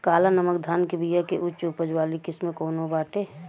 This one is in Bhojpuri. काला नमक धान के बिया के उच्च उपज वाली किस्म कौनो बाटे?